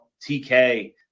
TK